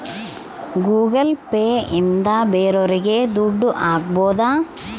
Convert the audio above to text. Google Pay ಇಂದ ಬೇರೋರಿಗೆ ದುಡ್ಡು ಹಾಕ್ಬೋದು